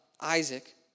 Isaac